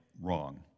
wrong